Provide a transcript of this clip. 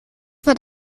wird